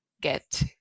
get